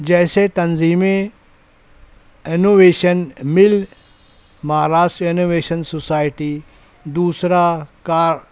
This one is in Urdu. جیسے تنظیمیں انوویشن مل مہاراشٹر انوویشن سوسائٹی دوسرا کا